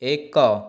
ଏକ